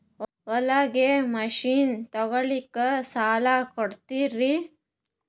ಹೊಲಗಿ ಮಷಿನ್ ತೊಗೊಲಿಕ್ಕ ಸಾಲಾ ಕೊಡ್ತಿರಿ?